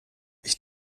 ich